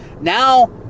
now